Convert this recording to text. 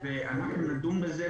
ואנחנו נדון בזה.